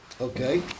Okay